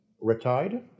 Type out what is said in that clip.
retired